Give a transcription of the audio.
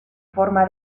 forma